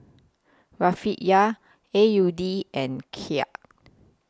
Rufiyaa A U D and Kyat